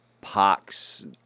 pox